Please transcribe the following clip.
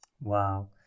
Wow